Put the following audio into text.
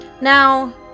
Now